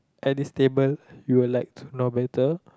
at this table you would like to know better